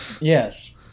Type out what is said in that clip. yes